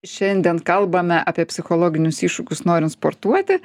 šiandien kalbame apie psichologinius iššūkius norint sportuoti